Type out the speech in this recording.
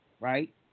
Right